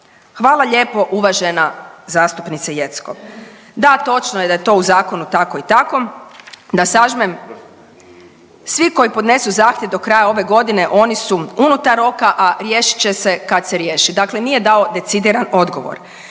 hvala lijepo uvažena zastupnice Jeckov, da točno je da je u to zakonu tako i tako, da sažmem, svi koji podnesu zahtjev do kraja ove godine oni su unutar oka, a riješit će kad se riješi, dakle nije dao decidiran odgovor.